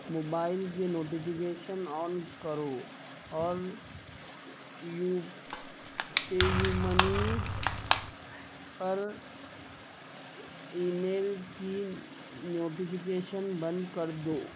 mobile کے notification on کرو اور یو پے یو منی پر ای میل کی نوٹیفکیشن بند کر دو